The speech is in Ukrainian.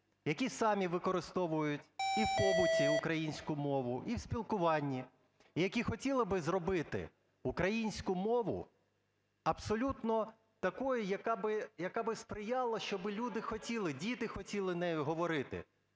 які самі використовують і в побуті українську мову, і в спілкуванні. Які хотіли би зробити українську мову абсолютно такою, яка би сприяла, щоб люди хотіли, діти хотіли нею говорити.